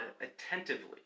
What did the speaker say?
attentively